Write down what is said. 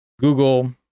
Google